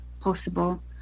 possible